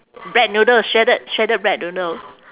bread noodle shredded shredded bread noodle